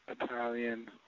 Italian